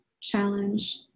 challenge